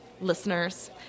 Listeners